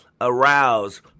arouse